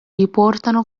riportano